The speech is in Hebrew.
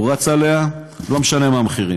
הוא רץ עליה, לא משנה מה המחירים.